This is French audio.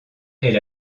est